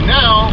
now